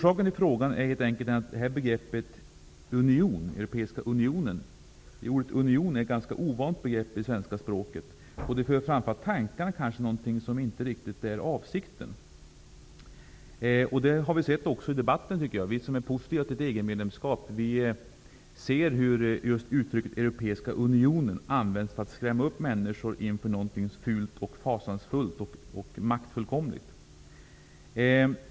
Anledningen till att jag har framställt frågan är att begreppet union, den europeiska unionen, är ett ganska ovant begrepp i det svenska språket. Det för tankarna till något som kanske inte riktigt är avsikten. Jag tycker att vi har kunnat se detta i debatten. Vi som är positiva till ett EG medlemskap ser hur just uttrycket europeiska unionen används för att skrämma upp människor inför något fult, fasansfullt och maktfullkomligt.